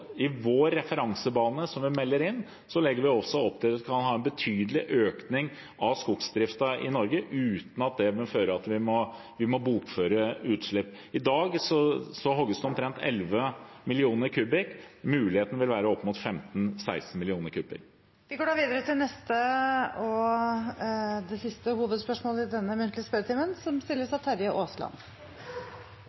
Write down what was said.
vår referansebane, som vi melder inn, legger vi også opp til at vi kan ha en betydelig økning av skogsdriften i Norge uten at det vil føre til at vi må bokføre utslipp. I dag hogges det omtrent 11 millioner kubikkmeter. Muligheten vil være opp mot 15 millioner, 16 millioner kubikkmeter. Vi går da videre til neste, og siste, hovedspørsmål i den muntlige spørretimen.